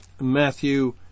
Matthew